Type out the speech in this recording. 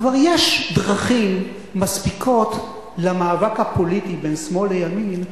כבר יש דרכים מספיקות למאבק הפוליטי בין שמאל לימין,